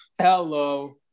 hello